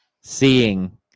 seeing